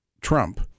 Trump